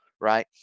right